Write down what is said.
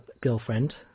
girlfriend